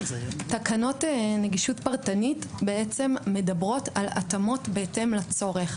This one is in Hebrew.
תקנות נגישות פרטנית מדברות על התאמות בהתאם לצורך.